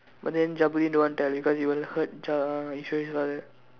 but then Jabudeen don't want tell because he will hurt Ja~ Eswari's father